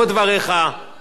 או בגלל דבריך.